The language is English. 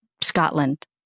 Scotland